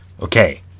Okay